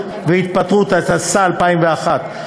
התשס"א 2001,